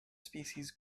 species